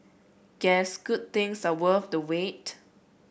guess good things are worth the wait